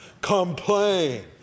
complain